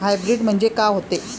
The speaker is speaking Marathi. हाइब्रीड म्हनजे का होते?